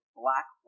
black